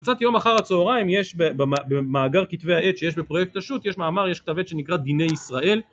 קצת יום אחר הצהריים, יש במאגר כתבי העת שיש בפרויקט השו"ת, יש מאמר... יש כתב עת שנקרא "דיני ישראל"